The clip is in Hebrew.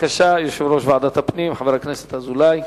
יושב-ראש ועדת הפנים, חבר הכנסת דוד אזולאי,